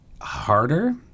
harder